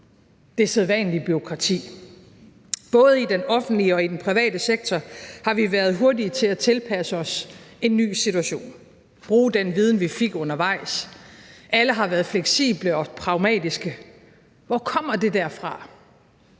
det sædvanlige bureaukrati. Både i den offentlige og den private sektor har vi været hurtige til at tilpasse os en ny situation, bruge den viden, vi fik undervejs, alle har været fleksible og pragmatiske. Hvor kommer det der fra?